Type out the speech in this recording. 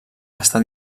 està